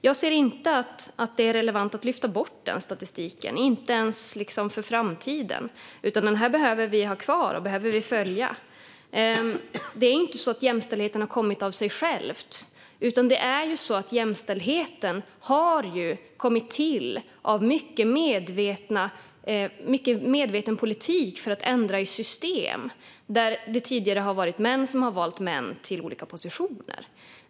Jag ser inte att det är relevant att lyfta bort den statistiken, inte ens för framtiden. Vi behöver ha kvar den och följa den. Jämställdheten har inte kommit av sig själv. Den har kommit till tack vare en mycket medveten politik för att ändra i system där det tidigare har varit män som har valt män till olika positioner.